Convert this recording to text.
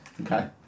Okay